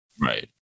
Right